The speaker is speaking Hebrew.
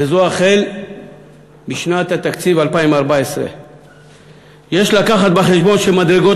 וזו החל משנת התקציב 2014. יש לקחת בחשבון שמדרגות